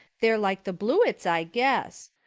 they're like the blewetts, i guess.